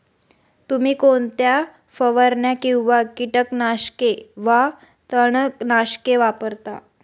तुम्ही कोणत्या फवारण्या किंवा कीटकनाशके वा तणनाशके वापरता?